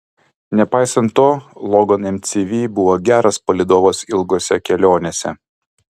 nepaisant to logan mcv buvo geras palydovas ilgose kelionėse